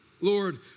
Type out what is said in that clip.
Lord